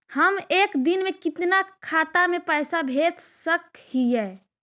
हम एक दिन में कितना खाता में पैसा भेज सक हिय?